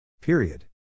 Period